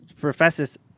professors